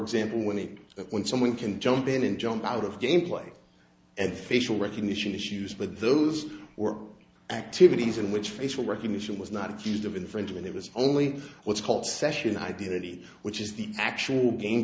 example winning when someone can jump in and jump out of gameplay and facial recognition issues but those were activities in which facial recognition was not accused of infringement it was only what's called session ideality which is the actual game